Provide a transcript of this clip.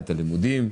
את הלימודים,